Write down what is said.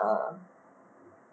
ah